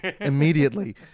immediately